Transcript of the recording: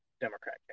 Democrat